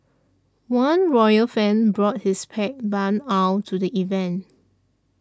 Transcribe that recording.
one royal fan brought his pet barn owl to the event